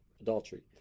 adultery